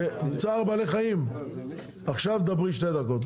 צער בעלי חיים, עכשיו תדברי שתי דקות.